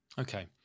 Okay